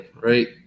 Right